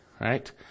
right